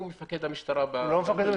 מפקד המשטרה --- הוא לא מפקד המשטרה.